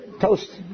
Toast